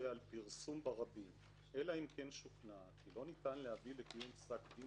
על פרסום ברבים אלא אם כן שוכנע כי לא ניתן להביא לקיום פסק דין